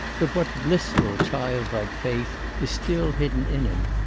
but what blissful, child-like faith is still hidden in him!